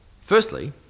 Firstly